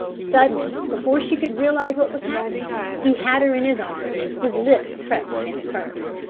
suddenly, before she could realise what was happening he had her in his arms, his lips pressed against hers.